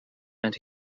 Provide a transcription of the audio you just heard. and